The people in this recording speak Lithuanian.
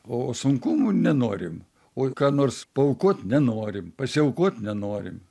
o sunkumų nenorim o ką nors paaukot nenorim pasiaukot nenorim